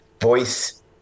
voice